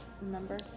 remember